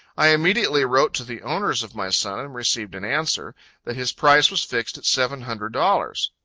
i immediately wrote to the owners of my son, and received an answer that his price was fixed at seven hundred dollars.